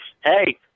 hey